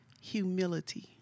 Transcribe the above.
Humility